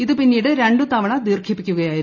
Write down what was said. ഇത് പിന്നീട് രണ്ടുതവണ ദീർഘിപ്പിക്കുകയായിരുന്നു